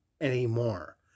anymore